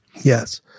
Yes